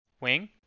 Wing